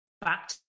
back